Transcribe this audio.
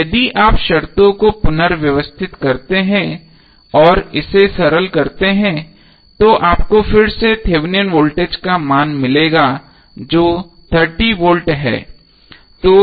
अब यदि आप शर्तों को पुनर्व्यवस्थित करते हैं और इसे सरल करते हैं तो आपको फिर से थेवेनिन वोल्टेज का मान मिलेगा जो 30V है